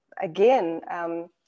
again